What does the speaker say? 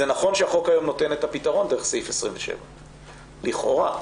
זה נכון שהחוק היום נותן את הפתרון דרך סעיף 27. לכאורה.